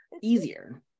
Easier